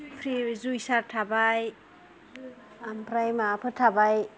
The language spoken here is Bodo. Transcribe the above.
फ्रि जुइसार थाबाय ओमफ्राय माबाफोर थाबाय